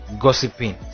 gossiping